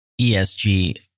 ESG